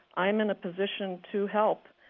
i'm in a position to help.